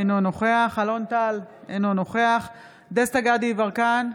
אינו נוכח אלון טל, אינו נוכח דסטה גדי יברקן,